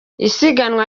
isiganwa